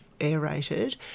aerated